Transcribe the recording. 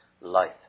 life